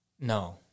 No